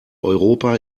europa